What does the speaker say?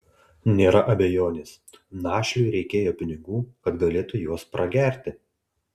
nėra abejonės našliui reikėjo pinigų kad galėtų juos pragerti